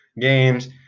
games